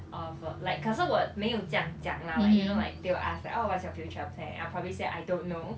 uh for like 可是我没有这样讲 lah but you know like they will ask like oh what's your future plan I'll probably say I don't know